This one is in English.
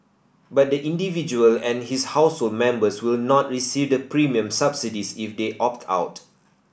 but the individual and his household members will not receive the premium subsidies if they opt out